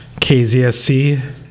kzsc